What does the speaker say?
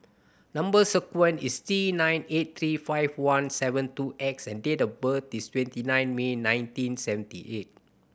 number sequence is T nine eight three five one seven two X and date of birth is twenty nine May nineteen seventy eight